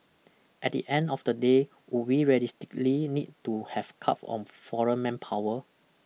at the end of the day would we realistically need to have curb on foreign manpower